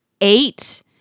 eight